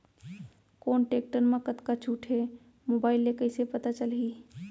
कोन टेकटर म कतका छूट हे, मोबाईल ले कइसे पता चलही?